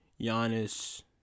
Giannis